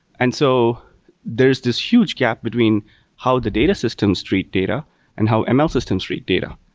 and so there's this huge gap between how the data systems treat data and how and ml systems treat data.